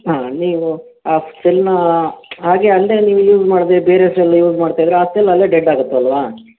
ಹಾಂ ನೀವು ಆ ಸೆಲ್ಲನ್ನ ಹಾಗೆ ಅಂದರೆ ನೀವು ಯೂಸ್ ಮಾಡದೇ ಬೇರೆ ಸೆಲ್ ಯೂಸ್ ಮಾಡ್ತಾ ಇದ್ದರೆ ಆ ಸೆಲ್ ಅಲ್ಲೇ ಡೆಡ್ ಆಗುತ್ತಲ್ವಾ